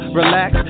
relax